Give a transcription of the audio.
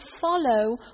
follow